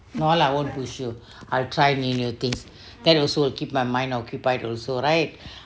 no lah I won't push you I try new new things that also will keep my mind occupied also right